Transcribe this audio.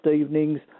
evenings